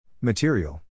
Material